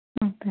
bye